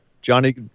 Johnny